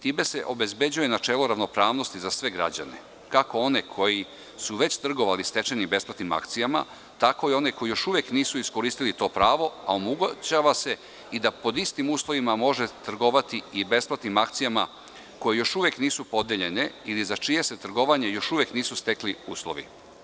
Time se obezbeđuje načelo ravnopravnosti za sve građane, kako one koji su već trgovali stečenim besplatnim akcijama, tako i one koji još uvek nisu iskoristili to pravo, a omogućava se i da pod istim uslovima može trgovati i besplatnim akcijama koje još uvek nisu podeljene ili za čije se trgovanje još uvek nisu stekli uslovi.